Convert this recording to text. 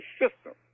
system